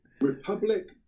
Republic